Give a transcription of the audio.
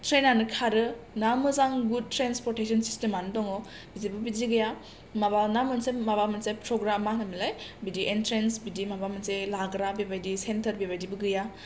ट्रेइननानो खारो ना मोजां गुद ट्रेन्सपर्टेसन सिस्टेमानो दङ जेबो बिदि गैया माबा ना मोनसे माबा मोनसे फग्राम मा होनोमोनलाय बिदि इन्ट्रेन्स बिदि माबा मोनसे लाग्रा बेबायदि चेन्टार बेबादिबो गैया